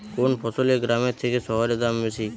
কোন ফসলের গ্রামের থেকে শহরে দাম বেশি?